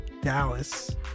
Dallas